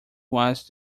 was